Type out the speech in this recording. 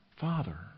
father